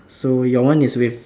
so your one is with